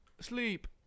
sleep